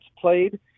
played